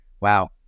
Wow